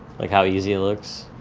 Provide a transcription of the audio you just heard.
like how easy it looks?